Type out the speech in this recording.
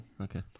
Okay